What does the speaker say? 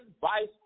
vice